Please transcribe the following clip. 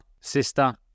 sister